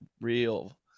real